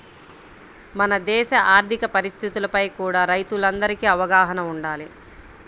మన దేశ ఆర్ధిక పరిస్థితులపై కూడా రైతులందరికీ అవగాహన వుండాలి